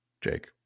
Jake